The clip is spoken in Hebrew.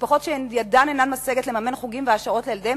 משפחות שידן אינה משגת לממן חוגים והעשרות לילדיהן